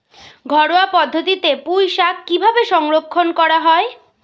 ঘরোয়া পদ্ধতিতে পুই শাক কিভাবে সংরক্ষণ করা হয়?